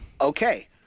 okay